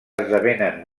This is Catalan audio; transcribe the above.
esdevenen